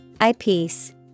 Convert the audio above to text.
eyepiece